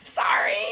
sorry